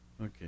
Okay